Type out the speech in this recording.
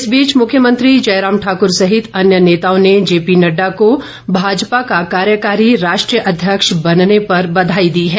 इस बीच मुख्यमंत्री जयराम ठाक्र सहित अन्य नेताओं ने जेपी नड़डा को भाजपा का कार्यकारी राष्ट्रीय अध्यक्ष बनने पर बधाई दी है